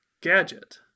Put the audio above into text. Gadget